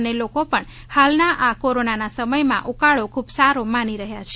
અને લોકો પણ હાલના આ કોરોનાના સમયમાં ઉકાળો ખૂબ સારો માની રહ્યા છે